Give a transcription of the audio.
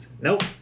Nope